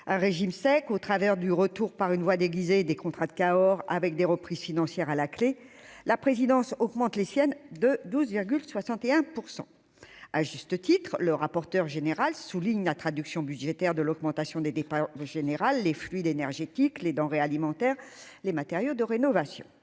régime sec au travers du retour par une voix déguisée des contrats de Cahors avec des reprises financière à la clé la présidence augmente les siennes de 12,61 % à juste titre, le rapporteur général souligne la traduction budgétaire de l'augmentation des départs général les fluides énergétiques, les denrées alimentaires, les matériaux de rénovation